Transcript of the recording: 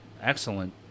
excellent